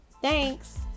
Thanks